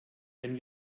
wenn